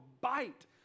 bite